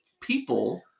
people